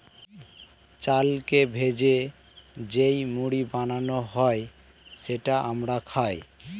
চালকে ভেজে যেই মুড়ি বানানো হয় সেটা আমরা খাই